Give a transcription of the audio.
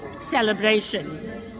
celebration